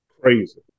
Crazy